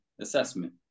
assessment